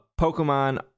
Pokemon